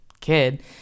kid